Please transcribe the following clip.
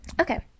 Okay